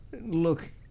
Look